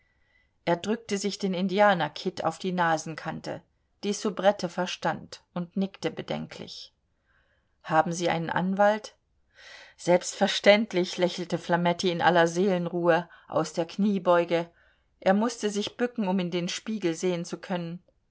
er drückte sich den indianerkitt auf die nasenkante die soubrette verstand und nickte bedenklich haben sie einen anwalt selbstverständlich lächelte flametti in aller seelenruhe aus der kniebeuge er mußte sich bücken um in den spiegel sehen zu können